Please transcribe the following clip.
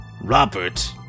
Robert